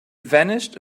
vanished